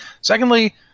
Secondly